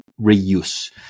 reuse